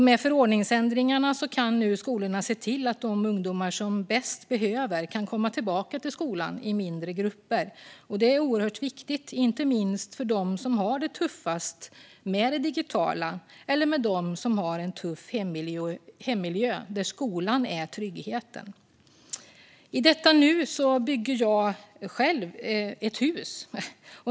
Med förordningsändringarna kan nu skolorna se till att de ungdomar som bäst behöver det kan komma tillbaka till skolan i mindre grupper. Det är oerhört viktigt, inte minst för dem som har det tuffast med det digitala eller för dem som har en tuff hemmiljö och för vilka skolan är tryggheten. I detta nu bygger jag ett hus.